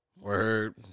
Word